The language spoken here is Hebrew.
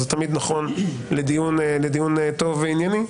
זה תמיד נכון לדיון טוב וענייני,